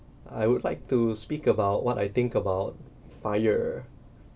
I would like to speak about what I think about FIRE